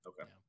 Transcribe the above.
Okay